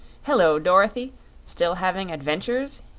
hello, dorothy still having adventures?